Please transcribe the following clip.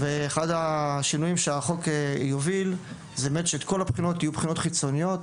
ואחד השינויים שהחוק יוביל זה באמת שכל הבחינות יהיו בחינות חיצוניות,